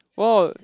oh